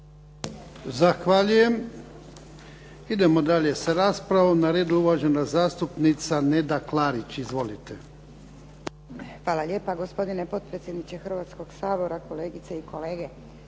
Zahvaljujem. Idemo dalje sa raspravom. Na redu je uvažena zastupnica Neda Klarić. Izvolite. **Klarić, Nedjeljka (HDZ)** Hvala lijepo gospodine potpredsjedniče Hrvatskog sabora, kolegice i kolege.